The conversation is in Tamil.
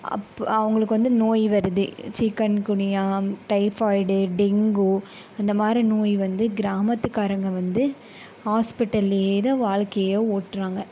அப் அவங்களுக்கு வருது நோய் வருது சிக்கன்குனியா டைஃபாய்டு டெங்கு இந்த மாதிரி நோய் வந்து கிராமத்துக்காரங்கள் வந்து ஆஸ்ப்பிட்டல்லேயேதான் வாழ்க்கையே ஓட்டுறாங்க